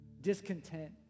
discontent